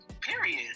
Period